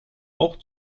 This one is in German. auch